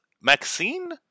Maxine